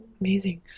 Amazing